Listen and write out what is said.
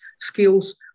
skills